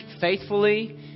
faithfully